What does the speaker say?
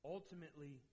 Ultimately